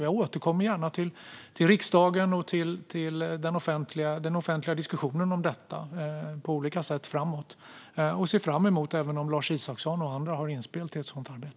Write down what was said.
Jag återkommer gärna till riksdagen och den offentliga diskussionen om detta på olika sätt framöver och ser fram emot Lars Isacssons och andras inspel i ett sådant arbete.